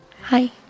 Hi